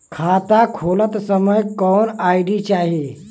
खाता खोलत समय कौन आई.डी चाही?